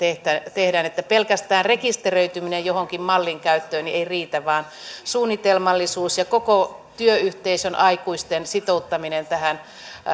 tehdään pelkästään rekisteröityminen jonkin mallin käyttöön ei riitä vaan suunnitelmallisuus ja koko työyhteisön aikuisten sitouttaminen tähän